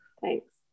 Thanks